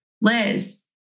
Liz